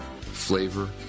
flavor